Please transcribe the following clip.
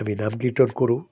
আমি নাম কীৰ্তন কৰোঁ